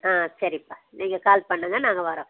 ஆ சரிப்பா நீங்கள் கால் பண்ணுங்க நாங்கள் வரோம்